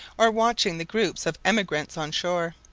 or watching the groups of emigrants on shore.